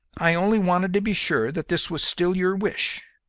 i only wanted to be sure that this was still your wish.